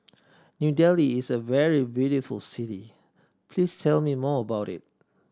New Delhi is a very beautiful city please tell me more about it